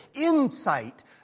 Insight